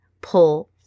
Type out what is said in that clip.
pull